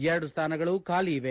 ಎರಡು ಸ್ಥಾನಗಳು ಖಾಲಿ ಇವೆ